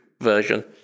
version